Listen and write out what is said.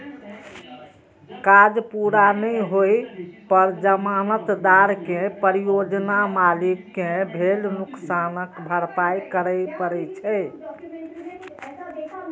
काज पूरा नै होइ पर जमानतदार कें परियोजना मालिक कें भेल नुकसानक भरपाइ करय पड़ै छै